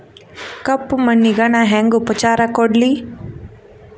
ಕಪ್ಪ ಮಣ್ಣಿಗ ನಾ ಹೆಂಗ್ ಉಪಚಾರ ಕೊಡ್ಲಿ?